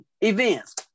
events